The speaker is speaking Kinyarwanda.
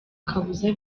kabuza